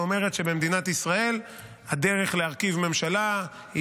ואומרת שבמדינת ישראל הדרך להרכיב ממשלה היא